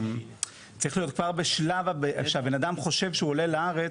צריך להיות כבר בשלב שהבן אדם חושב שהוא עולה לארץ,